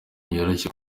ntibyoroshye